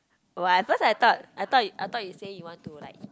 !wah! at first I thought I thought I thought you said you want to like